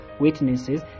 witnesses